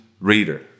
reader